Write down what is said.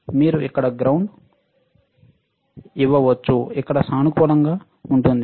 మీరు ఇక్కడ గ్రౌండు ఇవ్వవచ్చు ఇక్కడ సానుకూలంగా ఉంటుంది